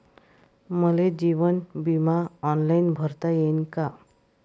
मले जीवन बिमा ऑनलाईन भरता येईन का?